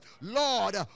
Lord